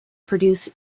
produce